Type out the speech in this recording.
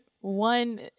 One